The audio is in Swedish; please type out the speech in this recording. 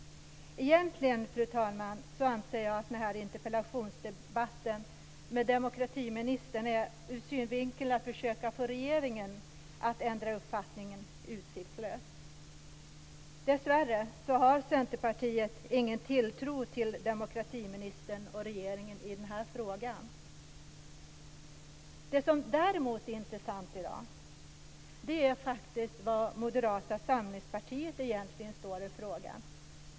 Fru talman! Egentligen anser jag att den här interpellationsdebatten med demokratiministern är utsiktslös när det gäller att få regeringen att ändra uppfattning. Dessvärre har Centerpartiet ingen tilltro till demokratiministern och regeringen i den här frågan. Det som däremot är intressant är var Moderata samlingspartiet står i frågan.